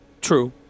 True